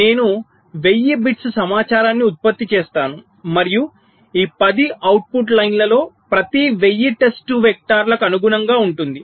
నేను 1000 బిట్స్ సమాచారాన్ని ఉత్పత్తి చేస్తాను మరియు ఈ 10 అవుట్పుట్ లైన్లలో ప్రతి 1000 టెస్ట్ వెక్టర్లకు అనుగుణంగా ఉంటుంది